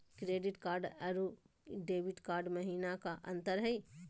Credit card अरू debit card महिना का अंतर हई?